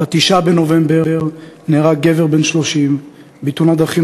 ב-9 בנובמבר נהרג גבר בן 30 בתאונת דרכים